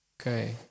Okay